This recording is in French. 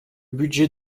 budget